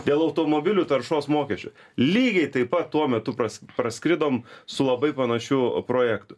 dėl automobilių taršos mokesčio lygiai taip pat tuo metu pras praskridom su labai panašiu projektu